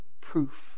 proof